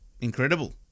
incredible